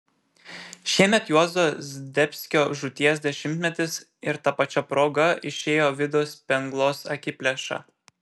šiemet juozo zdebskio žūties dešimtmetis ir ta pačia proga išėjo vido spenglos akiplėša